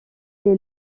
est